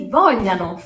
vogliano